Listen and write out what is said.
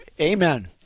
Amen